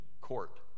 court